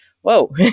Whoa